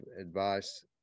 advice